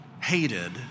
hated